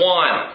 one